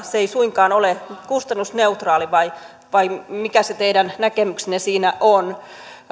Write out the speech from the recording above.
se ei suinkaan ole kustannusneutraali vai vai mikä se teidän näkemyksenne siinä on